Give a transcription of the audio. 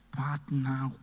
Partner